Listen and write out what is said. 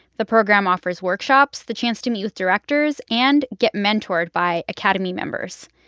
the program offers workshops, the chance to meet with directors and get mentored by academy members.